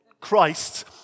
Christ